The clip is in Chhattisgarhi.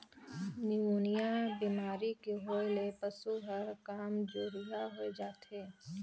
निमोनिया बेमारी के होय ले पसु हर कामजोरिहा होय जाथे